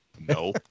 no